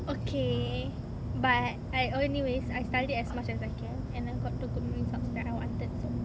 okay but I oh anyways I studied as much as I can and I got the good results that I wanted so